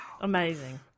Amazing